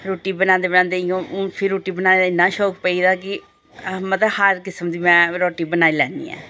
रुट्टी बनांदे बनांदे हून फिर रुट्टी बनाने दा इन्ना शोक पेई गेदा कि मतलब हर किस्म दी में रुट्टी बनाई लैन्नी आं